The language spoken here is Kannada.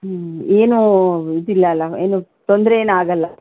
ಹೂಂ ಏನೂ ಇದಿಲ್ಲ ಅಲ್ವಾ ಏನೂ ತೊಂದರೆ ಏನೂ ಆಗೋಲ್ಲ